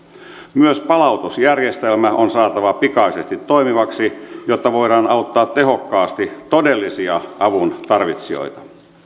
myös palautusjärjestelmä on saatava pikaisesti toimivaksi jotta voidaan auttaa tehokkaasti todellisia avuntarvitsijoita